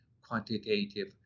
quantitative